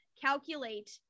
calculate